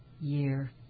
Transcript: year